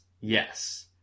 Yes